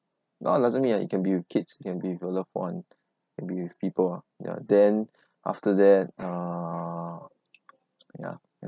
no it doesn't mean ah it can be with kids can be your loved [one] can be with people ah ya then after that uh ya